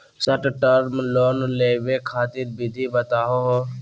Short term loan लेवे खातीर विधि बताहु हो?